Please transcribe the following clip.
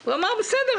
הוא אמר בסדר,